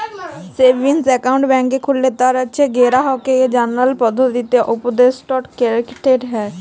savings account ব্যাংকে খুললে তার গেরাহককে জালার পদধতিকে উপদেসট ক্যরতে হ্যয়